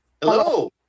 Hello